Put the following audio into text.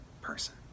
person